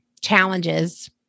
challenges